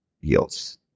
yields